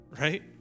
Right